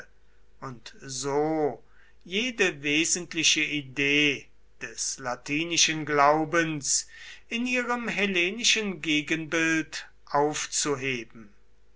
und so jede wesentliche idee des latinischen glaubens in ihrem hellenischen gegenbild aufzuheben